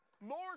more